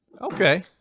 Okay